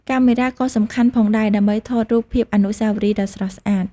កាមេរ៉ា ក៏សំខាន់ផងដែរដើម្បីថតរូបភាពអនុស្សាវរីយ៍ដ៏ស្រស់ស្អាត។